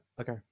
okay